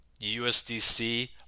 USDC